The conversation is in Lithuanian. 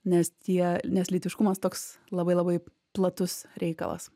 nes tie nes lytiškumas toks labai labai platus reikalas